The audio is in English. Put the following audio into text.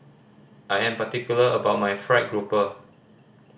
I am particular about my fried grouper